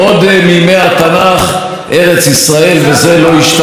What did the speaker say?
והדבר השני הוא שאם מנית את כל האוכלוסיות